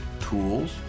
tools